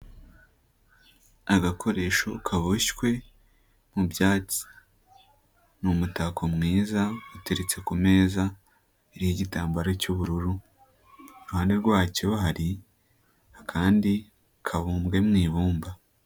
Agakoresho kaboshywe mu byatsi. Ni umutako mwiza, uteretse ku meza, iriho igitambaro cy'ubururu, iruhande rwacyo hari akandi kabumbwe mu ibumba.